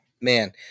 Man